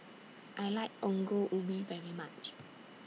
I like Ongol Ubi very much